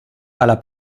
alla